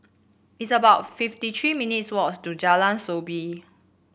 it's about fifty three minutes' walk to Jalan Soo Bee